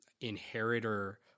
inheritor